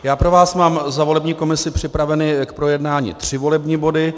Já pro vás mám za volební komisi připraveny k projednání tři volební body.